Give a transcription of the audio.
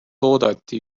oodati